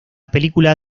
película